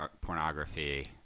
pornography